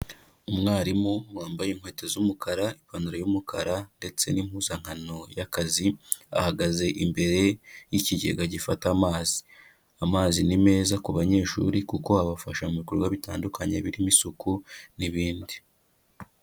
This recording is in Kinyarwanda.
Umwarimu wambaye inkweto z'umukara, ipantaro y'umukara ndetse n'impuzankano y'akazi, ahagaze imbere y'ikigega gifata amazi. Amazi ni meza ku banyeshuri kuko abafasha mu bikorwa bitandukanye birimo isuku n'ibindi.